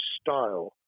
style